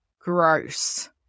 gross